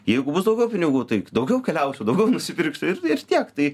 jeigu bus daugiau pinigų tai daugiau keliausiu daugiau nusipirksiu ir tiek tai